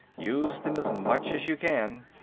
use them as much as you can.